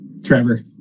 Trevor